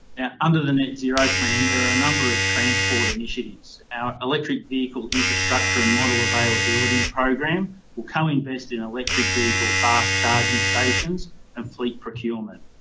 and under the net zero plan, there are a number of transport initiatives. our electric vehicle infrastructure and model availability program will co-invest in electric vehicle fast charging stations and fleet procurement.